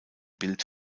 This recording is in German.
bild